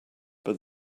but